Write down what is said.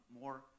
more